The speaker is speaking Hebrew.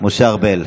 משה ארבל.